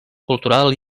cultural